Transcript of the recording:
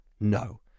No